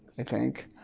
i think.